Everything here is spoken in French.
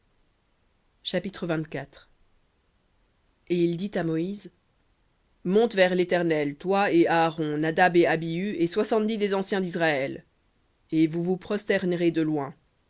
chapitre et il dit à moïse monte vers l'éternel toi et aaron nadab et abihu et soixante-dix des anciens d'israël et vous vous prosternerez de loin